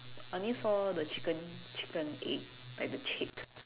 I only saw the chicken chicken egg like the chick